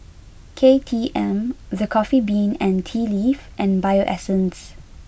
K T M The Coffee Bean and Tea Leaf and Bio Essence